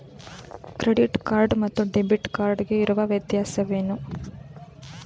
Credit card ಮತ್ತು debit card ಗೆ ಇರುವ ವ್ಯತ್ಯಾಸವೇನು?